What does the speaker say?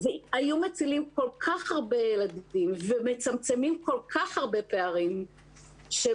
היו מצילים כל כך הרבה ילדים ומצמצמים כל כך הרבה פערים כאשר